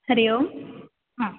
हरिः ओम् हा